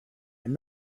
and